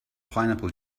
pineapple